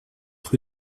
rue